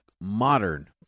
modern